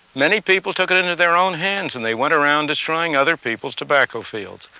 many people took it into their own hands, and they went around destroying other people's tobacco fields.